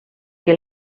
que